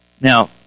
now